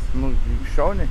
nu šauniai